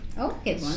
Okay